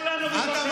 כבר אמרת.